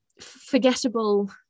forgettable